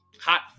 hot